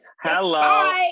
hello